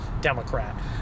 Democrat